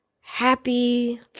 happy